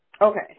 Okay